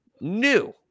new